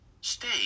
Stay